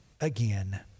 again